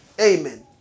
Amen